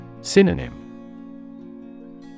Synonym